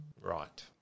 Right